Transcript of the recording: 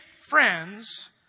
friends